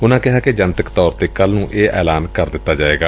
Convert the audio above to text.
ਉਨੂਾਂ ਕਿਹਾ ਕਿ ਜਨਤਕ ਤੌਰ ਤੇ ਕੱਲੂ ਨੂੰ ਇਹ ਐਲਾਨ ਕਰ ਦਿੱਤਾ ਜਾਏਗਾ